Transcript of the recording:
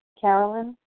Carolyn